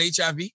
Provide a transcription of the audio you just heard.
HIV